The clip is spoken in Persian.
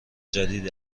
جدید